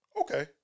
Okay